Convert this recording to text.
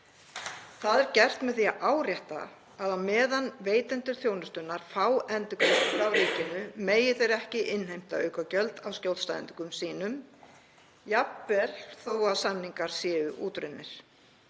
Það er gert með því að árétta að á meðan veitendur þjónustunnar fá endurgreiðslu frá ríkinu megi þeir ekki innheimta aukagjöld af skjólstæðingum sínum jafnvel þó að samningar séu útrunnir.